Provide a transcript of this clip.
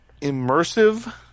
immersive